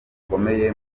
bikomeye